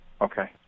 Okay